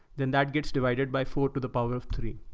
then that gets divided by four to the power of three.